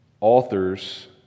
authors